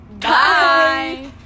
Bye